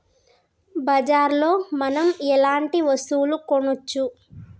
బజార్ లో మనం ఎలాంటి వస్తువులు కొనచ్చు?